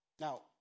Now